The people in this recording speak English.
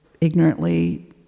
ignorantly